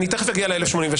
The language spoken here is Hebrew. אני תיכף אגיע ל-1,086.